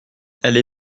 elle